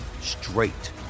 straight